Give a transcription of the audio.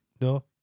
No